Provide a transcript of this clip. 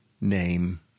name